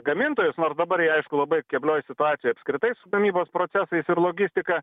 gamintojus nors dabar jie aišku labai keblioj situacijoj apskritai su gamybos procesais ir logistika